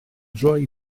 droed